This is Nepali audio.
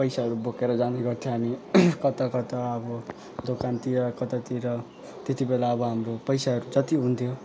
पैसाहरू बोकेर जाने गर्थ्यो हामी कता कता अब दोकानतिर कतातिर त्यति बेला अब हाम्रो पैसाहरू जति हुन्थ्यो